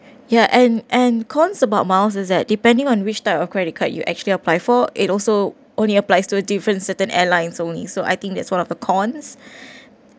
ya and and cons about miles is at depending on which type of credit card you actually apply for aid also only applies to a different certain airlines only so I think that's one of the coins